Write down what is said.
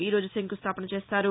ఈరోజు శంకుస్థాపన చేస్తారు